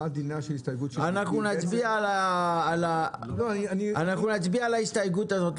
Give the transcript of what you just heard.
אנחנו נצביע על ההסתייגות הזאת.